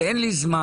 ואין לי זמן,